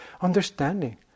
understanding